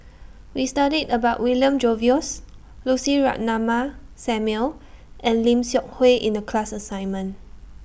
We studied about William Jervois Lucy Ratnammah Samuel and Lim Seok Hui in The class assignment